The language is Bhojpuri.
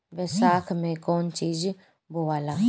बैसाख मे कौन चीज बोवाला?